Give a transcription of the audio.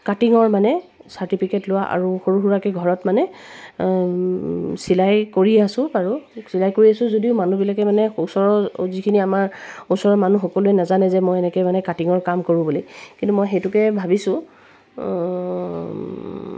কাটিঙৰ মানে চাৰ্টিফিকেট লোৱা আৰু সৰু সুৰাকৈ ঘৰত মানে চিলাই কৰি আছোঁ বাৰু চিলাই কৰি আছোঁ যদিও মানুহবিলাকে মানে ওচৰৰ যিখিনি আমাৰ ওচৰৰ মানুহ সকলোৱে নেজানে যে মই এনেকৈ মানে কাটিঙৰ কাম কৰোঁ বুলি কিন্তু মই সেইটোকে ভাবিছোঁ